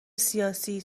سیاسی